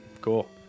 Cool